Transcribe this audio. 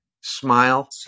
Smile